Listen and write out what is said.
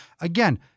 again